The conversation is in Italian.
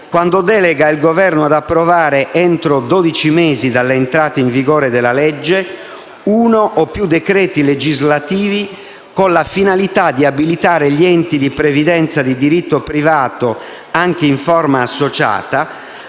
quando delega il Governo ad approvare, entro 12 mesi dall'entrata in vigore della legge, uno o più decreti legislativi con la finalità di abilitare gli enti di previdenza di diritto privato, anche in forma associata,